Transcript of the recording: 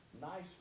nice